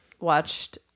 watched